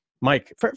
Mike